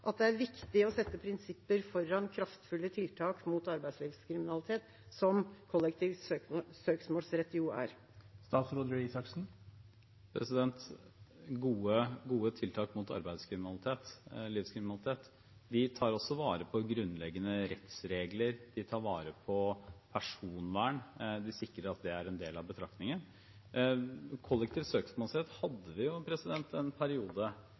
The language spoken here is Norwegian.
at det er viktig å sette prinsipper foran kraftfulle tiltak mot arbeidslivskriminalitet, som kollektiv søksmålsrett jo er? Gode tiltak mot arbeidslivskriminalitet tar også vare på grunnleggende rettsregler og personvern og sikrer at det er en del av betraktningen. Kollektiv søksmålsrett hadde vi jo i en periode,